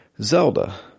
Zelda